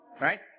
Right